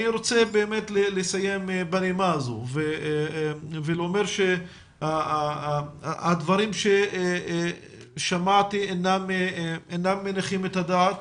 אני רוצה לסיים בנימה הזו ולומר שהדברים ששמעתי אינם מניחים את הדעת